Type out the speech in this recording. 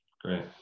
great